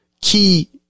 key